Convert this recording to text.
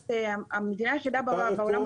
אנחנו המדינה היחידה בעולם המפותח --- הייתה